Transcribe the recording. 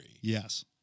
Yes